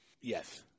Yes